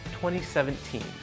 2017